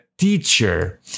teacher